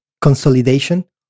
consolidation